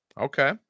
Okay